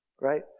right